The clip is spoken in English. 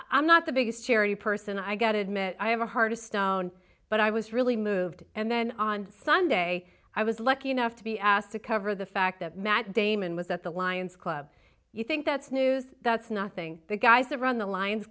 i'm not the biggest charity person i gotta admit i have a heart of stone but i was really moved and then on sunday i was lucky enough to be asked to cover the fact that matt damon was at the lions club you think that's news that's nothing the guys around the li